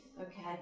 okay